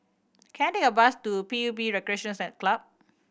can I take a bus to P U B Recreation Set Club